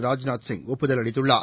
ராஜ்நாத் சிங் ஒப்புதல் அளித்துள்ளார்